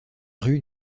rue